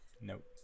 Nope